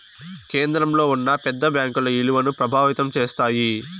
కేంద్రంలో ఉన్న పెద్ద బ్యాంకుల ఇలువను ప్రభావితం చేస్తాయి